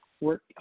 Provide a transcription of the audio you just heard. work